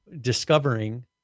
discovering